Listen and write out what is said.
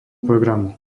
programu